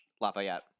Lafayette